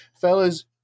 fellas